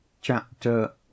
CHAPTER